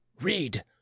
read